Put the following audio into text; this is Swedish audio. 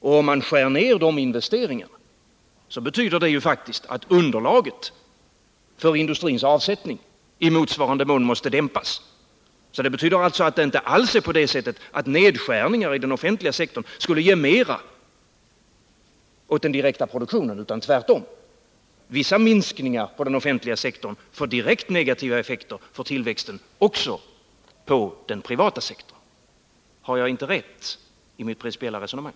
Och om man skär ned de investeringarna så betyder det faktiskt att industrins avsättningsmöjligheter minskas i motsvarande mån. Det är inte alls så att nedskärningar inom den offentliga sektorn ger mer åt den direkta produktionen, utan tvärtom får vissa minskningar inom den offentliga sektorn direkt negativa effekter för tillväxten också inom den privata sektorn. Har jag inte rätt i mitt principiella resonemang?